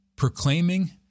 proclaiming